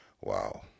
wow